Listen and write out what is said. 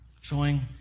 showing